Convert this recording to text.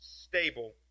stable